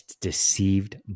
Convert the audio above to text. deceived